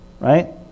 Right